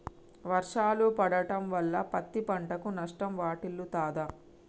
వర్షాలు పడటం వల్ల పత్తి పంటకు నష్టం వాటిల్లుతదా?